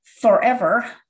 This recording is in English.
forever